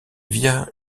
via